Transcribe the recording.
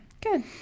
Good